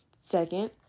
Second